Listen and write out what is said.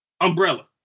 umbrella